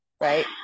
right